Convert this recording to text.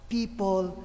People